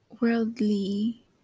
worldly